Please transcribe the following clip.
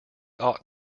ought